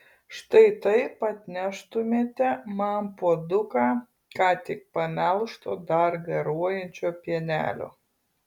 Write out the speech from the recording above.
štai taip atneštumėte man puoduką ką tik pamelžto dar garuojančio pienelio